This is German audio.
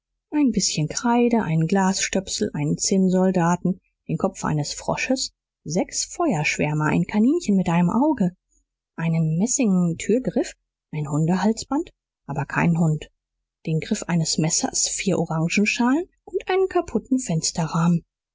ein bißchen kreide einen glasstöpsel einen zinnsoldaten den kopf eines frosches sechs feuerschwärmer ein kaninchen mit einem auge einen messingnen türgriff ein hundehalsband aber keinen hund den griff eines messers vier orangeschalen und einen